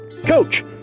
Coach